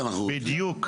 בדיוק,